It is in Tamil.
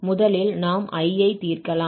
முதலில் நாம் I ஐ தீர்க்கலாம்